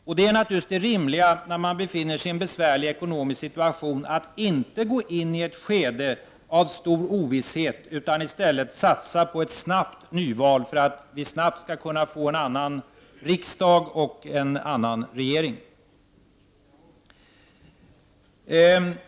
Och det är naturligtvis det rimliga när man befinner sig i en besvärlig ekonomisk situation — att inte gå in i ett skede av stor ovisshet utan i stället satsa på ett snabbt nyval för att vi snabbt skall kunna få en annan riksdag och en annan regering.